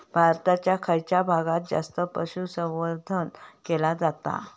भारताच्या खयच्या भागात जास्त पशुसंवर्धन केला जाता?